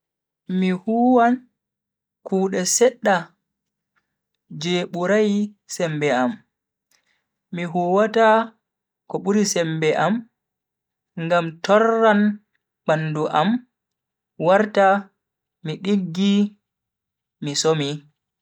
Mi huwan kude sedda je burai sembe am. mi huwata ko buri sembe am ngam torran bandu am warta mi diggi mi somi.